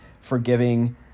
forgiving